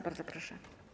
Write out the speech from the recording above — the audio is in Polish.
Bardzo proszę.